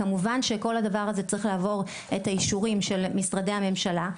כמובן שכל הדבר הזה צריך לעבור את האישורים של משרדי הממשלה,